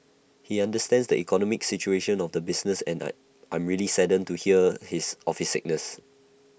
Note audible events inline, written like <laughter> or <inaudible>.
he understands the economic situation of the businesses and I I'm really saddened to hear his <unintelligible> sickness